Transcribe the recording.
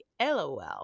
LOL